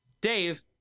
Dave